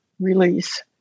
release